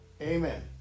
Amen